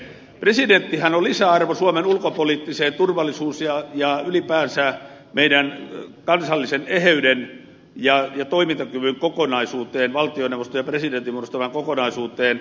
presidenttihän on lisäarvo suomen ulkopoliittiseen turvallisuuspoliittiseen ja ylipäänsä meidän kansallisen eheyden ja toimintakyvyn kokonaisuuteen valtioneuvoston ja presidentin muodostamaan kokonaisuuteen